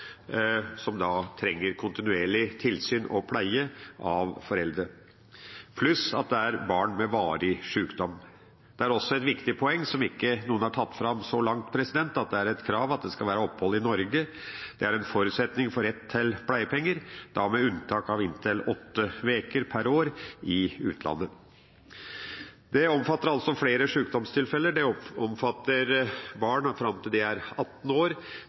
som trenger kontinuerlig tilsyn og pleie av foreldre, pluss varig sjukdom hos barn. Det er også et viktig poeng – som ingen har tatt fram så langt – at det er et krav om opphold i Norge. Det er en forutsetning for rett til pleiepenger, med unntak av inntil åtte uker per år i utlandet. Det omfatter altså flere sjukdomstilfeller, det omfatter barn fram til de er 18 år,